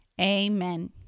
amen